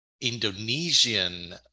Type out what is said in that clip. Indonesian